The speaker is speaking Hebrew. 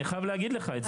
אני חייב להגיד לך את זה.